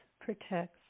protects